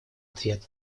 ответ